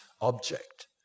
object